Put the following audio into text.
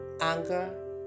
anger